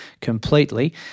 completely